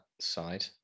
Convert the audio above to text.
side